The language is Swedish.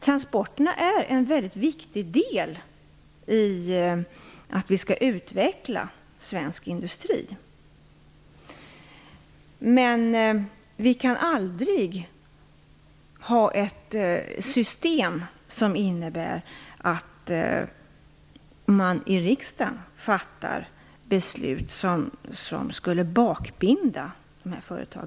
Transporterna spelar en mycket viktig roll i utvecklingen av svensk industri, men vi kan aldrig ha ett system som innebär att man i riksdagen fattar beslut som skulle bakbinda dessa företag.